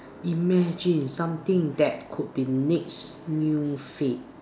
imagine something that could be next few fate